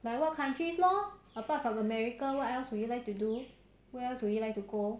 oh like what countries lor apart from america what else would you like to do where else would you like to go